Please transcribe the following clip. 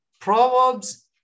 Proverbs